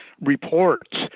reports